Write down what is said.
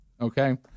Okay